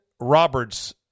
Roberts